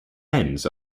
ends